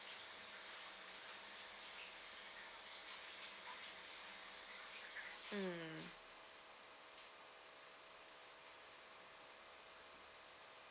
mm